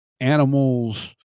animals